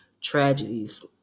Tragedies